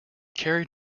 carried